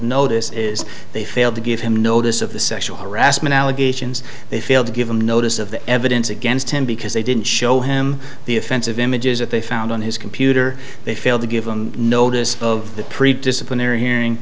notice is they failed to give him notice of the sexual harassment allegations they failed to give them notice of the evidence against him because they didn't show him the offensive images that they found on his computer they failed to give them notice of the preved disciplinary hearing